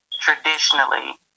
traditionally